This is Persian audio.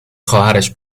خواهرش